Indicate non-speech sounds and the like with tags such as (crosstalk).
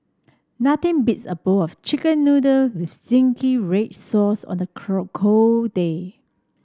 nothing beats a bowl of chicken noodle with zingy red sauce on a (unintelligible) cold day